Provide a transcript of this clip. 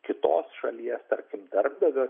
kitos šalies tarkim darbdavio